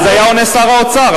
אז היה עונה שר האוצר.